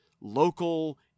local